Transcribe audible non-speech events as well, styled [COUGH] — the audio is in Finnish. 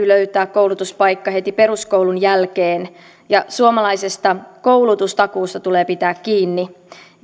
[UNINTELLIGIBLE] löytää koulutuspaikka heti peruskoulun jälkeen ja suomalaisesta koulutustakuusta tulee pitää kiinni